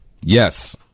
Yes